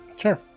Sure